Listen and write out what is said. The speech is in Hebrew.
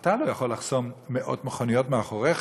אתה לא יכול לחסום מאות נסיעות מאחוריך,